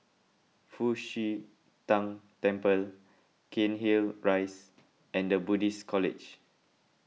Fu Xi Tang Temple Cairnhill Rise and the Buddhist College